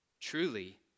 Truly